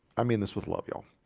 i mean this was love young